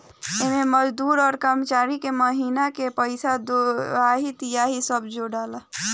एमे मजदूर आ कर्मचारी के महिना के पइसा, देहाड़ी, तिहारी सब जोड़ाला